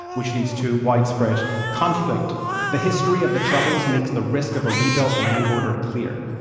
which leads to widespread conflict the history of the troubles makes the risk of a rebuilt land border clear.